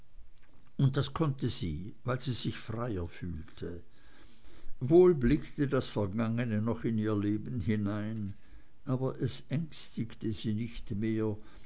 und das konnte sie weil sie sich freier fühlte wohl blickte das vergangene noch in ihr leben hinein aber es ängstigte sie nicht mehr